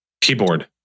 Keyboard